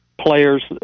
players